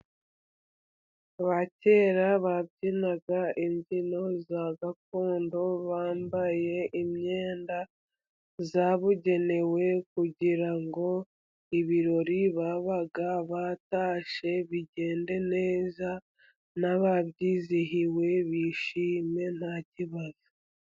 Abakera babyinaga imbyino za gakondo bambaye imyenda yabugenewe, kugira ngo ibirori babaga batashye bigende neza n'ababitashye bizihirwe, bishime ntakibazo.